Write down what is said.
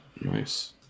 Nice